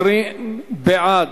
20 בעד,